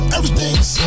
Everything's